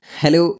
Hello